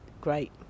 great